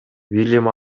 билим